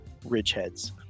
ridgeheads